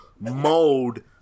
mode